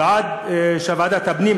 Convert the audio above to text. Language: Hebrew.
ועד שוועדת הפנים,